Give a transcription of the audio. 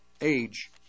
age